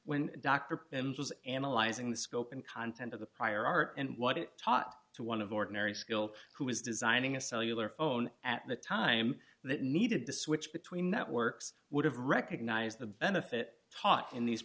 dr was analyzing the scope and content of the prior art and what it taught to one of ordinary skill who was designing a cellular phone at the time that needed to switch between networks would have recognized the benefit taught in these